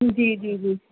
جی جی جی